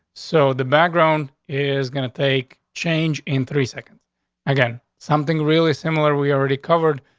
so the background is gonna take change in three seconds again. something really similar we already covered.